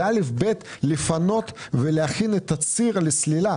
זה אלף-בית לפנות ולהכין את הציר לסלילה.